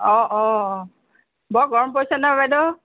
অ' অ' বৰ গৰম পৰিছে নহয় বাইদেউ